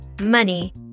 money